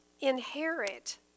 inherit